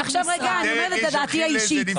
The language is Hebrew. עכשיו רגע אני אומרת את דעתי האישית.